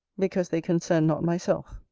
because they concern not myself.